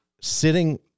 sitting